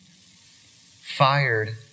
fired